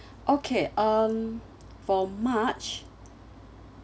okay um for march